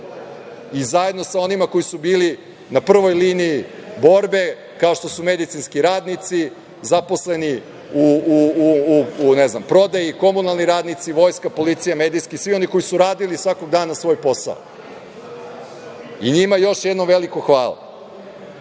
i zajedno sa onima koji su bili na prvoj liniji borbe, kao što su medicinski radnici, zaposleni u prodaji, komunalni radnici, Vojska, policija, medijski, svi oni koji su radili svakog dana svoj posao. Njima još jednom veliko